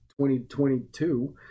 2022